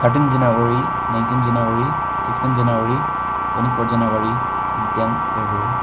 thirteen January nineteen January sixteen January twenty four January and ten February